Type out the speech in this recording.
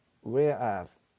Whereas